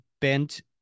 bent